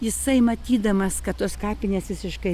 jisai matydamas kad tos kapinės visiškai